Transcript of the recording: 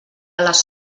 les